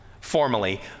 formally